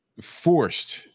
forced